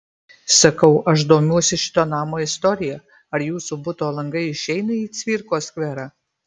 sakau aš domiuosi šito namo istorija ar jūsų buto langai išeina į cvirkos skverą